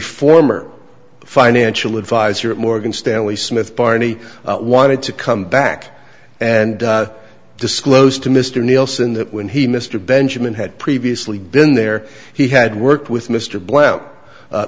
former financial advisor at morgan stanley smith barney wanted to come back and disclosed to mr nielsen that when he mr benjamin had previously been there he had worked with mr blair